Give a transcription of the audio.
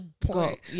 point